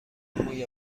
موی